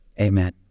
amen